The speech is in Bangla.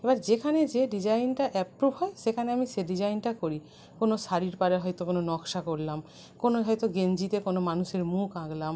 এবার যেখানে যে ডিজাইনটা অ্যাপ্রুভ হয় সেখানে আমি সে ডিজাইনটা করি কোনো শাড়ির পাড়ে হয়তো কোনো নকশা করলাম কোনো হয়তো গেঞ্জিতে কোনো মানুষের মুখ আঁকলাম